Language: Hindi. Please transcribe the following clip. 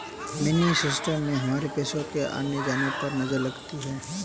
मिनी स्टेटमेंट से हमारे पैसो के आने जाने पर नजर रहती है